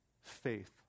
faith